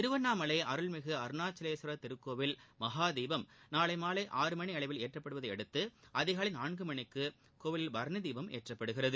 திருவண்ணாமலை அருள்மிகு அருணாச்சலலேஸ்வர் திருக்கோவில் மகா தீபம் நாளை மாலை ஆறு மணியளவில் ஏற்றப்படுவதையடுத்து அதிகாலை நான்கு மணிக்கு கோவிலில் பரணி தீபம் ஏற்றப்படுகிறது